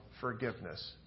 forgiveness